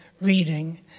reading